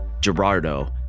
Gerardo